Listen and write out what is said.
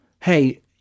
Hey